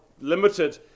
limited